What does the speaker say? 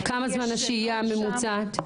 כמה זמן השהייה הממוצעת?